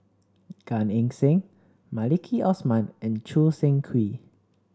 Gan Eng Seng Maliki Osman and Choo Seng Quee